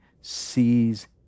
sees